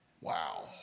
Wow